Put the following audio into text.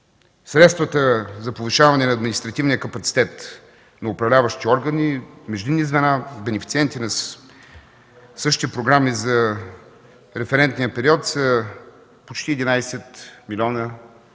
Средствата за повишаване на административния капацитет на управляващи органи, междинни звена, бенефициенти на същите програми за референтния период са почти 11 млн. лв.